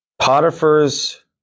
Potiphar's